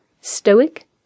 Stoic